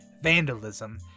vandalism